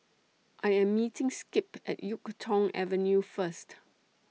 I Am meeting Skip At Yuk Tong Avenue First